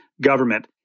government